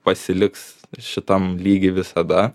pasiliks šitam lygy visada